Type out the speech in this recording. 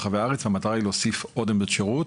עמדות שירות ברחבי הארץ והמטרה היא להוסיף עוד עמדות שירות,